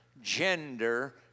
gender